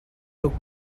took